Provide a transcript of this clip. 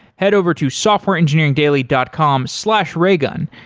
head over to softwareengineering daily dot com slash raygun.